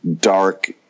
dark